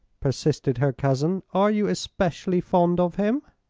persisted her cousin. are you especially fond of him?